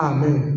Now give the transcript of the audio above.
Amen